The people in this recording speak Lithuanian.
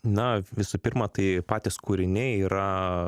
na visų pirma tai patys kūriniai yra